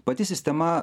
pati sistema